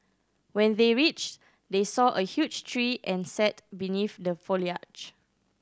when they reached they saw a huge tree and sat beneath the foliage